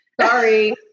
Sorry